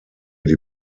die